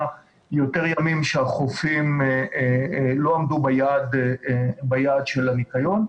יותר ימים שהחופים לא עמדו ביעד של הניקיון,